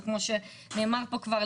וכמו שנאמר פה כבר,